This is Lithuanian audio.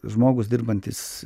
žmogus dirbantis